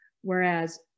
whereas